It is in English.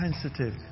sensitive